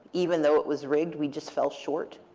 even though it was rigged, we just fell short.